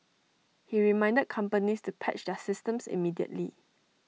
he reminded companies to patch their systems immediately